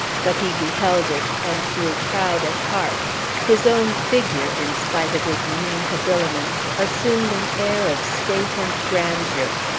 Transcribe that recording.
but he beheld it, and grew proud at heart his own figure, in spite of his mean habiliments, assumed an air of state and grandeur.